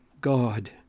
God